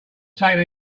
taking